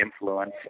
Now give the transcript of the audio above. influence